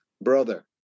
Brother